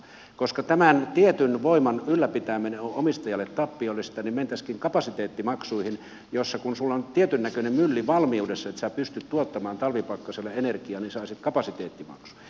koska tämän tietyn voiman ylläpitäminen on omistajalle tappiollista niin mentäisiinkin kapasiteettimaksuihin joissa kun sinulla on tietynnäköinen mylli valmiudessa että sinä pystyt tuottamaan talvipakkasilla energiaa saisit kapasiteettimaksun